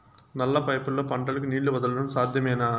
నల్ల పైపుల్లో పంటలకు నీళ్లు వదలడం సాధ్యమేనా?